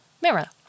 Mirror